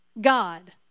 God